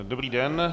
Dobrý den.